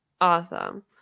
Awesome